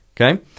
Okay